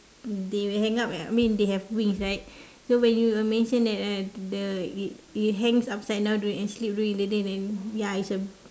they will hang up at I mean they have wings right so when you uh mentioned that uh the it it hangs upside down during and sleep during in the day then ya is a